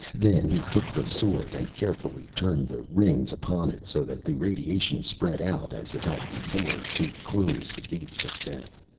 then he took the sword, and carefully turned the rings upon it so that the radiation spread out as it had before, to close the gates of death.